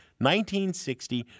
1960